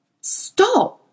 Stop